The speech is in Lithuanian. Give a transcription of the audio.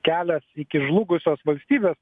kelias iki žlugusios valstybės